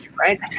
right